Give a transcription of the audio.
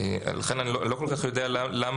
לכן אני לא כל כך מבין למה